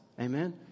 Amen